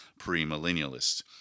premillennialists